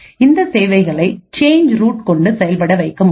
இந்த சேவைகளை change route கொண்டு செயல்பட வைக்க முடியும்